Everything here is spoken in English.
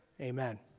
Amen